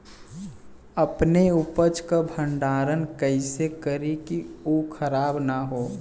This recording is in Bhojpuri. अपने उपज क भंडारन कइसे करीं कि उ खराब न हो?